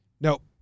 Nope